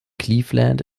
cleveland